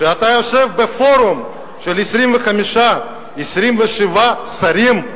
כשאתה יושב בפורום של 25 או 27 שרים"